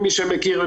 מי שמכיר,